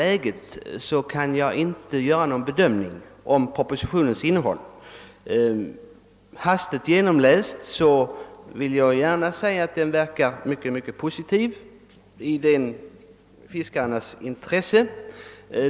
Jag kan i dagens läge inte göra någon bedömning av propositionens innehåll, men jag vill gärna säga att den vid en hastig genomläsning förefaller att vara mycket positiv ur fiskarnas synpunkt.